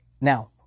Now